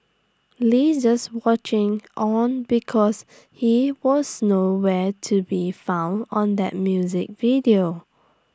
lee just watching on because he was no where to be found on that music video